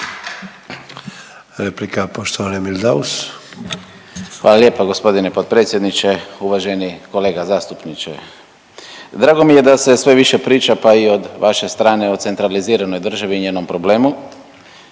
**Daus, Emil (IDS)** Hvala lijepa g. potpredsjedniče. Uvaženi kolega zastupniče. Drago mi je da se sve više priča pa i od vaše strane o centraliziranoj državi i njenom problemu